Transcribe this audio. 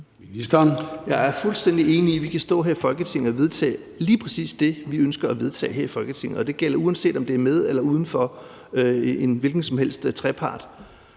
Jeg er fuldstændig enig i, at vi kan stå her i Folketinget og vedtage lige præcis det, vi ønsker at vedtage her i Folketinget, og det gælder, uanset om det er med i eller uden for en hvilken som helst